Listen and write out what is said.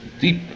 deep